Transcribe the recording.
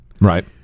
right